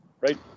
Right